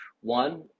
one